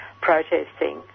protesting